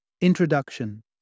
Introduction